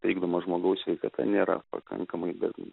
trikdoma žmogaus sveikata nėra pakankamai da